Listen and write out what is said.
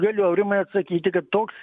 galiu aurimai atsakyti kad toks